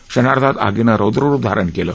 क्षणार्धात आगीने रोद्ररूप धारण केले